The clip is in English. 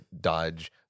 dodge